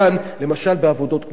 למשל בעבודות כמו עבודות חקלאיות.